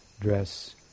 dress